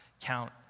count